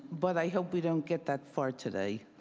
but i hope we don't get that far today.